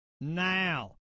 now